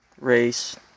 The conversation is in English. race